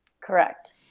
Correct